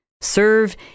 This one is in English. serve